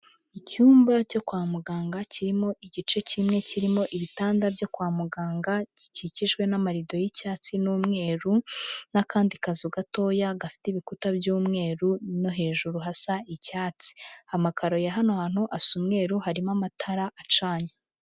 Icyumba cyo kwa muganga, kirimo igice kimwe kirimo ibitanda byo kwa muganga gikikijwe n'amarido y'icyatsi n'umweru, n'akandi kazu gatoya gafite ibikuta by'umweru no hejuru hasa icyatsi. Amakaro ya hano hantu asa umweru, harimo amatara acanye.